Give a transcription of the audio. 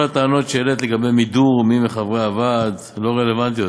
כל הטענות שהעלית לגבי מידור מי מחברי הוועד לא רלוונטיות,